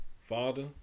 father